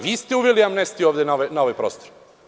Vi ste uveli amnestiju na ovaj prostor.